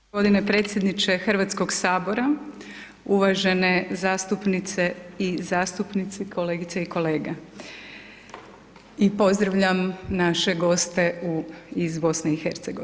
Gospodine predsjedniče Hrvatskog sabora, uvažene zastupnice i zastupnici, kolegice i kolege i pozdravljam naše goste iz BiH.